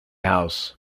house